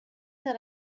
that